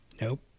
Nope